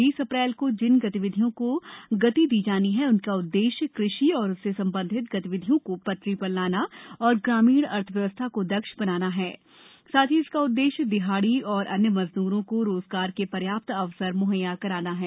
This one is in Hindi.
बीस अप्रैल को जिन गतिविधियों को गति दी जानी है उनका उद्देश्य कृषि और उससे संबंधित गतिविधियों को पटरी पर लाना और ग्रामीण अर्थव्यवस्था को दक्ष बनाना है साथ ही इसका उद्देश्य दिहाड़ी और अन्य मजदूरों को रोजगार के पर्याप्त अवसर मुहैया कराना है